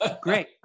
Great